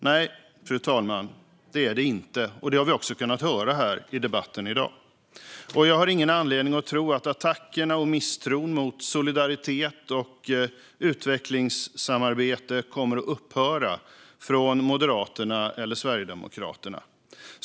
Nej, fru talman, det är det inte, och det har vi också kunnat höra i dagens debatt. Jag har ingen anledning att tro att attackerna och misstron mot solidaritet och utvecklingssamarbete kommer att upphöra från Moderaterna och Sverigedemokraterna.